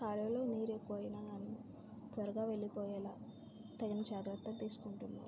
కాలువలో నీరు ఎక్కువ అయిన కానీ త్వరగా వెళ్ళిపోయేలాగ తగిన జాగ్రత్తలు తీసుకుంటున్నారు